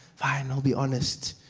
i'll be honest.